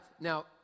Now